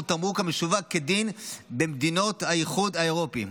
תמרוק המשווק כדין במדינות האיחוד האירופי,